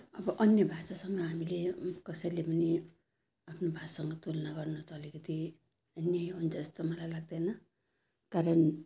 अब अन्य भाषासँग हामीले कसैले पनि आफ्नो भाषासँग तुलना गर्न त अलिकति न्याय हुन्छ जस्तो त मलाई लाग्दैन कारण